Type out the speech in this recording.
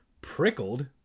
Prickled